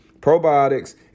probiotics